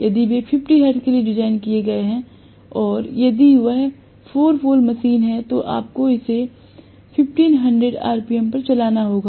यदि वे 50 हर्ट्ज के लिए डिज़ाइन किए गए हैं और यदि यह 4 पोल मशीन है तो आपको इसे 1500 rpm पर चलाना होगा